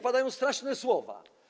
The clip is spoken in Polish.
Padają straszne słowa.